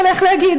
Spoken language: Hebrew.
אבל איך להגיד,